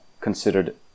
considered